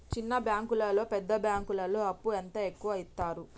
చిన్న బ్యాంకులలో పెద్ద బ్యాంకులో అప్పు ఎంత ఎక్కువ యిత్తరు?